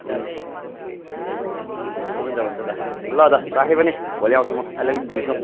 हुन्छ हुन्छ हुन्छ दादा ल दादा राखेँ पनि भोलि आउँछु म अहिले अलिक बिजी छु